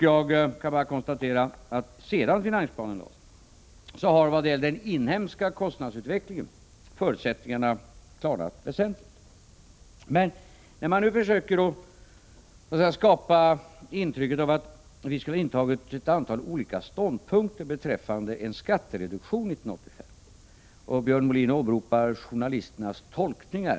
Jag kan bara konstatera att sedan finansplanen lades fram har förutsättningarna klarnat väsentligt vad gäller den inhemska kostnadsutvecklingen. Det görs nu försök att skapa ett intryck av att regeringen skulle ha intagit ett antal olika ståndpunkter beträffande en skattereduktion 1985. Björn Molin åberopar journalisternas tolkningar.